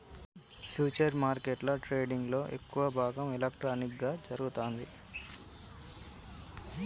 futures మార్కెట్ల ట్రేడింగ్లో ఎక్కువ భాగం ఎలక్ట్రానిక్గా జరుగుతాంది